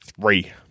Three